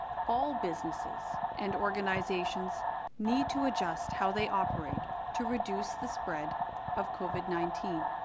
all businesses and organizations need to adjust how they operate to reduce the spread of covid nineteen